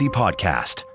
podcast